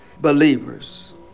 believers